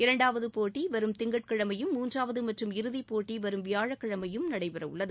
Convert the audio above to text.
இரண்டாவது போட்டி வரும் திங்கட்கிழமையும் மூன்றாவது மற்றும் இறுதிப்போட்டி வரும் வியாழக்கிழமையும் நடைபெறவுள்ளது